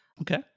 Okay